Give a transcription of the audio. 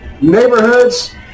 neighborhoods